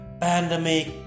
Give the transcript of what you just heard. pandemic